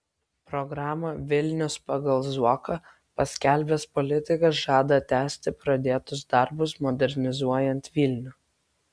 programą vilnius pagal zuoką paskelbęs politikas žada tęsti pradėtus darbus modernizuojant vilnių